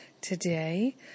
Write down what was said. today